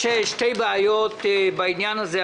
יש שתי בעיות בעניין הזה.